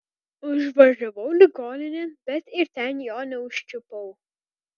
užvažiavau ligoninėn bet ir ten jo neužčiupau